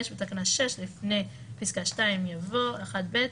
5. בתקנה 6, לפני פסקה 2 יבוא, 1.ב'